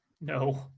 no